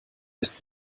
ist